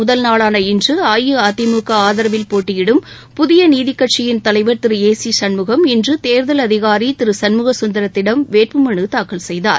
முதல் நாளான இன்று அஇஅதிமுக ஆதரவில் பேட்டியிடும் புதிய நீதிக் கட்சியின் தலைவா் திரு ஏ சி சண்முகம் இன்று தேர்தல் அதிகாரி திரு சண்முகத் சுந்தரத்திடம் வேட்புமனு தாக்கல் செய்தார்